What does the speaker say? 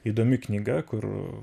įdomi knyga kur